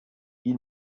ils